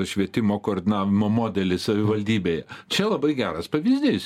švietimo koordinavimo modelį savivaldybėje čia labai geras pavyzdys